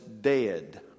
dead